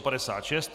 56.